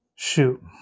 Shoot